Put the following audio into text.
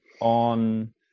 on